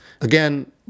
Again